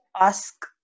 ask